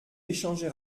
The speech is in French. échanger